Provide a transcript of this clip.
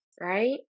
right